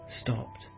stopped